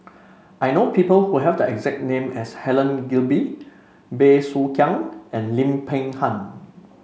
I know people who have the exact name as Helen Gilbey Bey Soo Khiang and Lim Peng Han